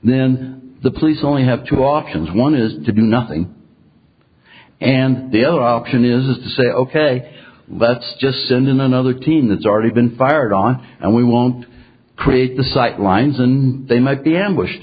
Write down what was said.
then the police only have two options one is to do nothing and the other option is to say ok let's just send in another team that's already been fired on and we won't create the sightlines and they might be ambushed